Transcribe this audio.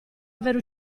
avere